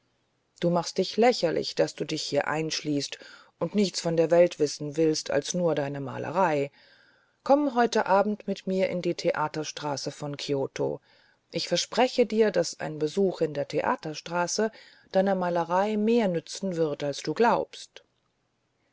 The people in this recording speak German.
du machst dich lächerlich daß du dich hier einschließt und nichts von der welt wissen willst als nur deine malerei komm heute abend mit mir in die theaterstraße von kioto ich verspreche dir daß ein besuch in der theaterstraße deiner malerei mehr nützen wird als du glaubst